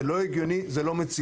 זה לא הגיוני, זה לא מציאותי.